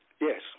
Yes